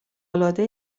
العاده